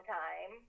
time